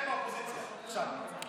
שנתיים באופוזיציה, עכשיו.